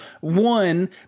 one